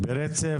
ברצף?